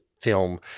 film